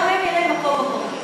גם להן יהיה מקום בכותל.